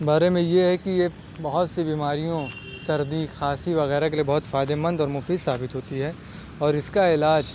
بارے میں یہ ہے کہ یہ بہت سی بیماریوں سردی کھانسی وغیرہ کے لیے بہت فائدہ مند اور مفید ثابت ہوتی ہے اور اس کا علاج